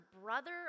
brother